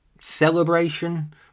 celebration